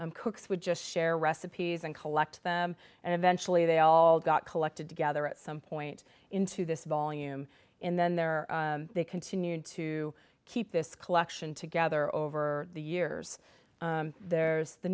c cooks would just share recipes and collect them and eventually they all got collected together at some point into this volume and then there they continued to keep this collection together over the years there's the